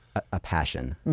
a passion.